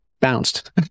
bounced